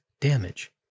damage